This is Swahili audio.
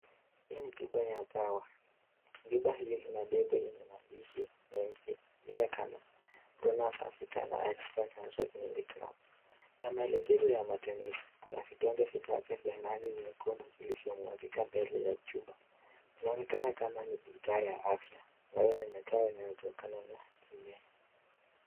Hii ni chupa ya dawa. Tiba hiyo ina debe yenye maandishi mengi inayoonekana (hiristo miligram) na maelejkezo ya matumizi kuna vidonge mbele ya chupa inaonekana kama ni bidhaa ya afya maana ni bidhaa inayotokana na mimea .